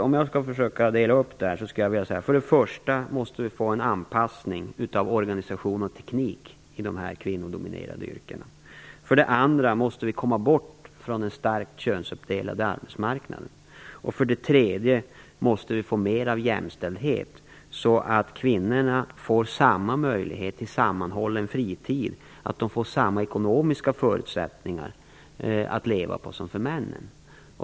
Om jag skall försöka dela upp det här, kan jag säga att vi för det första måste få en anpassning av organisation och teknik i de kvinnodominerade yrkena, för det andra måste komma bort från den starkt könsuppdelade arbetsmarknaden och för det tredje måste få mer av jämställdhet, så att kvinnorna får samma möjlighet till sammanhållen fritid och samma ekonomiska förutsättningar att leva som männen.